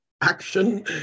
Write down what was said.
action